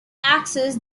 access